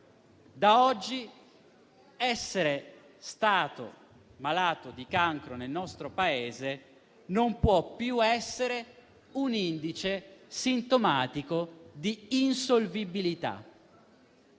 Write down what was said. Da oggi, essere stato malato di cancro nel nostro Paese non può più essere un indice sintomatico di insolvibilità.